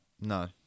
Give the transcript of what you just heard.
no